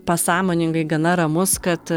pasąmoningai gana ramus kad